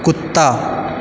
कुत्ता